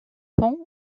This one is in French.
pan